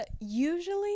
Usually